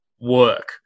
work